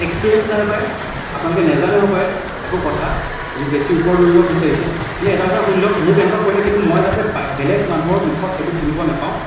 experience নাই হপায় আপোনালোকে নাজানে হপায় একো কথা কিন্তু বেছি ওপৰত উৰিব বিছাৰিছে কিন্তু এটা কথা শুনি লওক মোক এনেকুৱা কৰিলে কিন্তু মই যাতে বা বেলেগ মানুহৰ মুখত এইবোৰ শুনিব নেপাওঁ